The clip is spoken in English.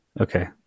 okay